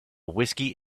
whiskey